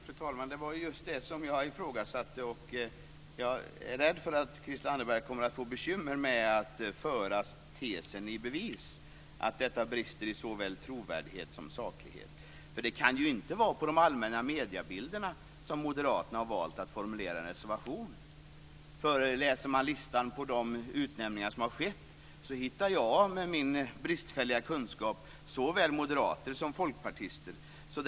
Fru talman! Det var ju just det som jag ifrågasatte. Jag är rädd för att Christel Anderberg kommer att få bekymmer med att föra tesen om att detta brister i såväl trovärdighet och saklighet i bevis. Det kan ju inte vara med de allmänna mediebilderna som grund som Moderaterna har valt att formulera en reservation. Om jag läser listan över de utnämningar som har skett, hittar jag med min bristfälliga kunskap såväl moderater som folkpartister på den.